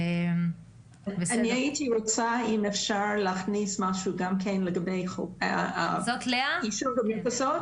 אני הייתי רוצה להעיר לגבי העישון במרפסות.